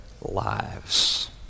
lives